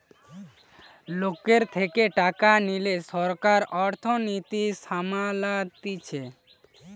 লোকের থেকে টাকা লিয়ে সরকার অর্থনীতি সামলাতিছে